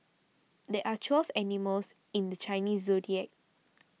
there are twelve animals in the Chinese zodiac